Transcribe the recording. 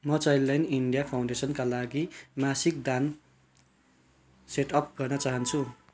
म Childline India फाउन्डेसनका लागि मासिक दान सेटअप गर्न चाहन्छु